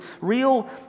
real